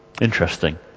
Interesting